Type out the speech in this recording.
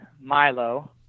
milo